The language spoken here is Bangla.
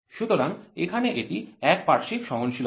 সুতরাং এখানে এটি একপার্শ্বিক সহনশীলতা